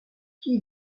qui